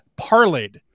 parlayed